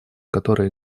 который